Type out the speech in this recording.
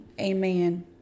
Amen